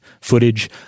footage